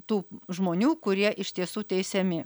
tų žmonių kurie iš tiesų teisiami